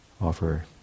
offer